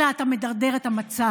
אלא אתה מדרדר את המצב.